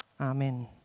Amen